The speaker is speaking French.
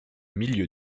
milieu